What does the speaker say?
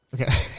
Okay